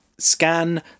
scan